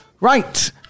right